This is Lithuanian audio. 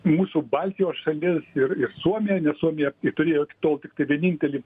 į mūsų baltijos šalis ir ir suomiją nes suomija ir turėjo iki tol tiktai vienintelį